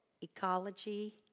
ecology